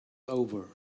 over